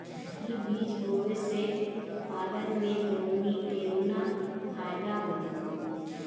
इ बीज बोए से उत्पादन में दोगीना तेगुना फायदा होला